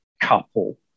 couple